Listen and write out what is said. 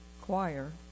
choir